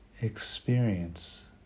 experience